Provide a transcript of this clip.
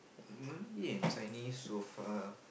Malay and Chinese so far